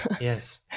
Yes